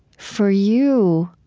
for you,